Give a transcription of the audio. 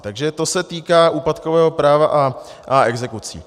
Takže to se týká úpadkového práva a exekucí.